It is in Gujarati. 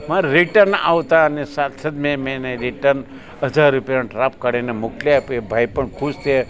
માર રિટર્ન આવતાની સાથે જ મેં મેં એને રિટર્ન હજાર રૂપિયાનો ડ્રાફ્ટ કાઢીને મોકલી આપ્યો એ ભાઈ પણ ખુશ થયા